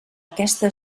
aquesta